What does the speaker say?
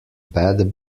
bad